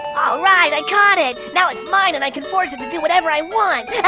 alright! i caught it! now it's mine and i can force it to do whatever i want!